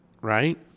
right